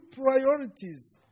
priorities